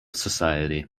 society